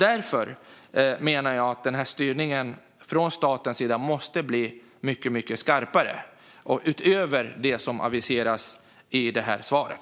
Därför menar jag att styrningen från statens sida måste bli mycket skarpare, utöver det som aviseras i svaret.